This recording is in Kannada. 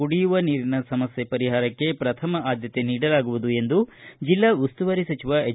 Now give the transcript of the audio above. ಕುಡಿಯುವ ನೀರಿನ ಸಮಸ್ಟೆ ಪರಿಹಾರಕ್ಷೆ ಪ್ರಥಮ ಆದ್ದತೆ ನೀಡಲಾಗುವುದು ಎಂದು ಜೆಲ್ಲಾ ಉಸ್ತುವಾರಿ ಸಚಿವ ಹೆಚ್